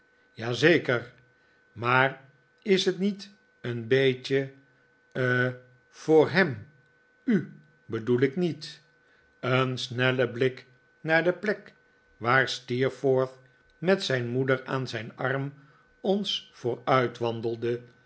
zeker maar is het niet een beetje he voor hem u bedoel ik niet een snelle blik naar de plek waar steerforth met zijn moeder aan zijn arm ons